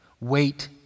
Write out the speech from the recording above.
Wait